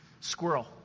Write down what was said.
squirrel